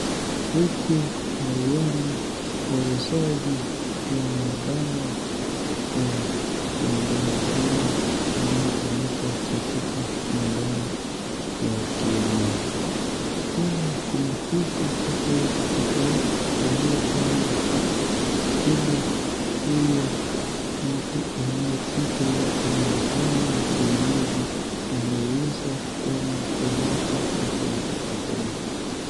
Huku naiona wauzaji wa madawa ya nyumbani ama inayotumika katika nyumbani ya kienyeji. Tena kuna vitu tofauti tofauti iliyopangwa huku ili huyu mtu anayetibu watu na madawa ya kienyeji anaiuza tena kwa watu tofauti tofauti.